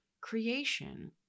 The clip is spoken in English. creation